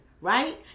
right